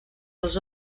els